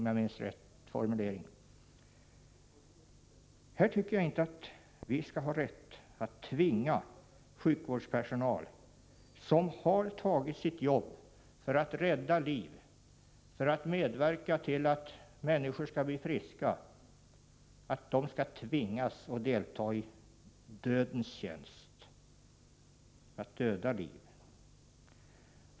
Jag tycker inte att vi skall ha rätt att tvinga sjukvårdspersonal — som har tagit sitt jobb för att rädda liv, för att medverka till att människor skall bli friska — att delta i dödens tjänst, att döda liv.